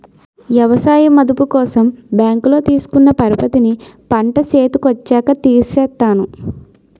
ఎవసాయ మదుపు కోసం బ్యాంకులో తీసుకున్న పరపతిని పంట సేతికొచ్చాక తీర్సేత్తాను